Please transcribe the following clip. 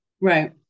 Right